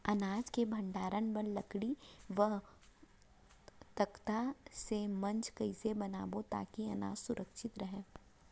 अनाज के भण्डारण बर लकड़ी व तख्ता से मंच कैसे बनाबो ताकि अनाज सुरक्षित रहे?